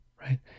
right